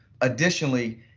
Additionally